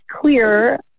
clear